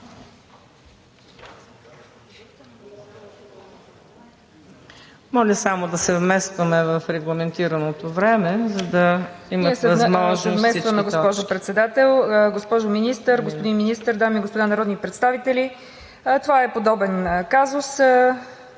Моля само да се вместваме в регламентираното време, за да имат възможност всички.